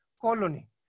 colony